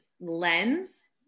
lens